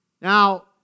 Now